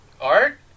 Art